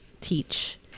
Teach